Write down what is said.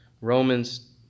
Romans